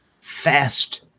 fast